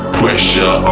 pressure